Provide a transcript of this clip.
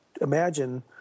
imagine